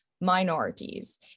minorities